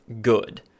good